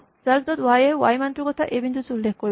self dot y a y মানটোৰ কথা এই বিন্দুটোত উল্লেখ কৰিব